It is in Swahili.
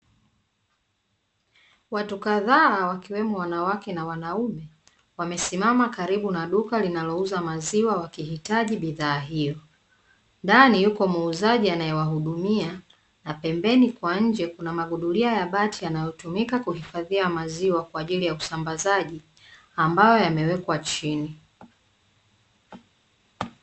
Watu kadhaa wakiwemo wanawake na wanaume wamesimama karibu na duka linalouza maziwa wakihitaji bidhaa hiyo, ndani yuko muuzaji anayewahudumia na pembeni kwa nje kuna maguduria ya bati yanayotumika kuhifadhia maziwa kwaajili ya usambazaji ambayo yamewekwa chini.